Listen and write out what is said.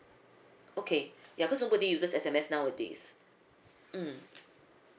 okay cause nobody uses S_M_S nowadays mm